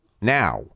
now